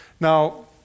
Now